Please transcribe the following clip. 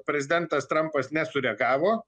prezidentas trampas nesureagavo